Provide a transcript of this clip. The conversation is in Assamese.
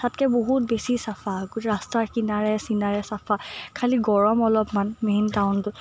তাতকৈ বহুত বেছি চাফা ৰাস্তাৰ কিনাৰে চিনাৰে চাফা খালী গৰম অলপমান মেইন টাউনটো